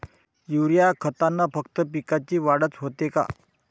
Urea खतानं फक्त पिकाची वाढच होते का?